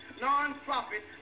non-profit